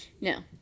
No